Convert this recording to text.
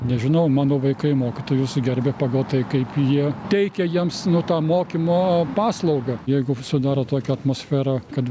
nežinau mano vaikai mokytojus gerbia pagal tai kaip jie teikia jiems nu tą mokymo paslaugą jeigu sudaro tokią atmosferą kad